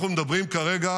אנחנו מדברים כרגע